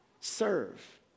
Serve